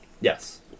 Yes